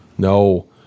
No